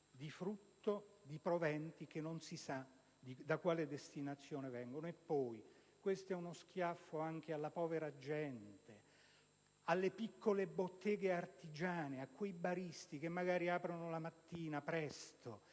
del frutto di proventi che non si sa da quale destinazione vengano. Questo è uno schiaffo anche alla povera gente, alle piccole botteghe artigiane o a quei baristi che aprono i loro locali la mattina presto: